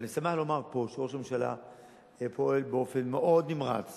ואני שמח לומר פה שראש הממשלה פועל באופן מאוד נמרץ